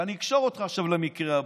ואני אקשור אותך עכשיו למקרה הבא.